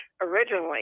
originally